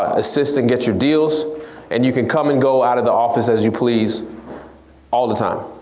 assist and get your deals and you can come and go out of the office as you please all the time.